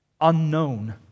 unknown